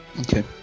Okay